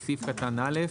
בסעיף קטן (א),